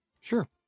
Sure